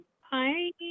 hi